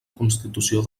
constitució